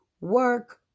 work